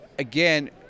Again